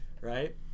right